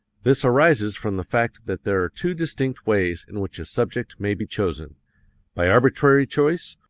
this arises from the fact that there are two distinct ways in which a subject may be chosen by arbitrary choice,